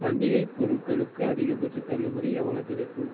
பண்டிகை பொருட்களுக்கு அதிகபட்சத் தள்ளுபடி எவ்வளோ கிடைக்கும்